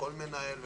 לכל מנהל,